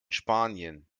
spanien